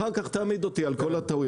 אחר כך תעמיד אותי על כל הטעויות.